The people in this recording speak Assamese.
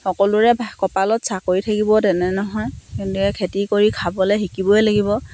সকলোৰে কপালত চাকৰি থাকিব তেনে নহয় তেনেদৰে খেতি কৰি খাবলৈ শিকিবই লাগিব